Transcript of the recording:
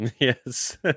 Yes